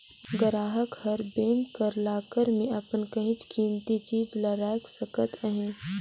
गराहक हर बेंक कर लाकर में अपन काहींच कीमती चीज ल राएख सकत अहे